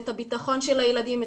את הביטחון של הילדים,